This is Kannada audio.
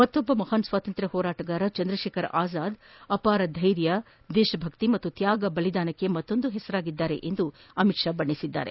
ಮತ್ತೊಬ್ಬ ಮಹಾನ್ ಸ್ವಾತಂತ್ರ್ಯ ಹೋರಾಟಗಾರ ಚಂದ್ರಶೇಖರ ಆಜಾದ್ ಅಪಾರ ಧೈರ್ಯ ದೇಶಭಕ್ತಿ ಮತ್ತು ತ್ಯಾಗ ಬಲಿದಾನಕ್ಕೆ ಮತ್ತೊಂದು ಹೆಸರಾಗಿದ್ದಾರೆ ಎಂದು ಅಮಿತ್ ಶಾ ಬಣ್ಣಿಸಿದ್ದಾರೆ